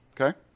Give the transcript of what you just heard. Okay